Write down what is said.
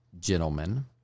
gentlemen